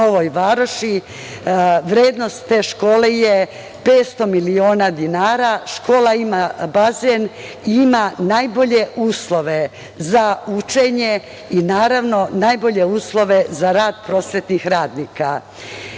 Novoj Varoši. Vrednost te škole je 500 miliona dinara. Škola ima bazen, ima najbolje uslove za učenje i najbolje uslove za rad prosvetnih radnika.I